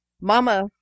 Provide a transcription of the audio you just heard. Mama